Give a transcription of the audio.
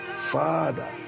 Father